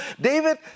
David